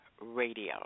radio